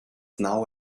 now